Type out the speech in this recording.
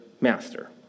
master